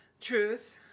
Truth